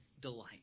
delight